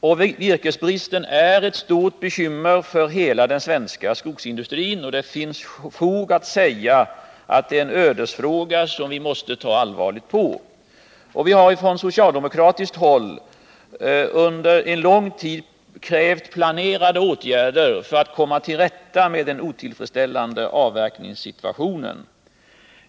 Virkesbristen är ett stort bekymmer för hela den svenska skogsindustrin. Det finns fog för att säga att det är en ödesfråga, som vi måste ta allvarligt på. Vi har från socialdemokratiskt håll under en lång tid krävt planerade åtgärder för att komma till rätta med den otillfredsställande avverkningssituationen.